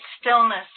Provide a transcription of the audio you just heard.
stillness